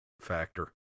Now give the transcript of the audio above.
factor